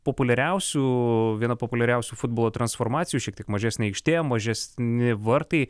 populiariausių viena populiariausių futbolo transformacijų šiek tiek mažesnėje aikštėje mažesni vartai